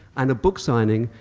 and a book signing,